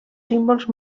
símbols